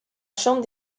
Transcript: chambre